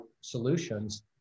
solutions